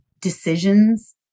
decisions